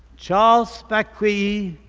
charles bacquie,